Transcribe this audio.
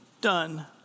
done